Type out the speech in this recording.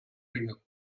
dinge